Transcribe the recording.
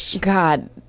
God